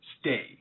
stay